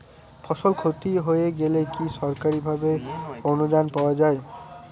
ফসল ক্ষতি হয়ে গেলে কি সরকারি ভাবে অনুদান পাওয়া য়ায়?